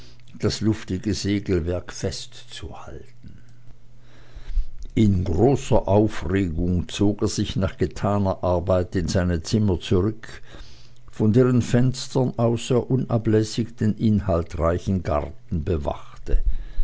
das luftige segelwerk festzuhalten in großer aufregung zog er sich nach getaner arbeit in seine zimmer zurück von deren fenstern aus er unablässig den inhaltreichen garten bewachte